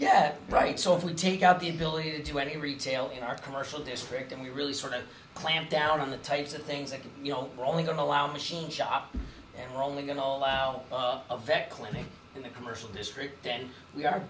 yeah right so if we take out the ability to do any retail in our commercial district and we really sort of clamp down on the types of things that you know we're only going to allow machine shop we're only going all out of vet clinic in the commercial district and we are